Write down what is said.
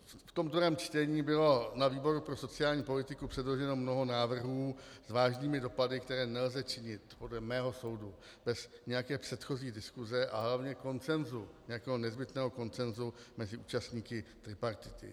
V tom druhém čtení bylo na výboru pro sociální politiku předloženo mnoho návrhů s vážnými dopady, které nelze činit podle mého soudu bez nějaké předchozí diskuse a hlavně konsenzu, nezbytného konsenzu mezi účastníky tripartity.